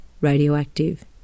radioactive